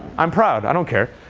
i'm proud. i don't care.